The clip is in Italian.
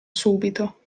subito